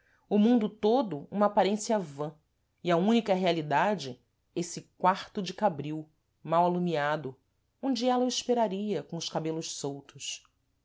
o mundo todo uma aparência vã e a única realidade êsse quarto de cabril mal alumiado onde ela o esperaria com os cabelos soltos